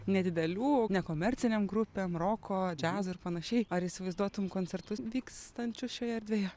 nedidelių nekomercinėm grupėm roko džiazo ir panašiai ar įsivaizduotum koncertus vykstančius šioje erdvėje